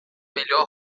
melhor